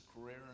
career